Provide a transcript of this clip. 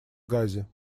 газе